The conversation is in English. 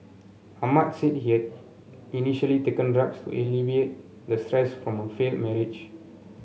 Ahmad said head initially taken drugs to alleviate the stress from a failed marriage